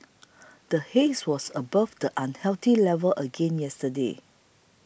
the haze was above the unhealthy level again yesterday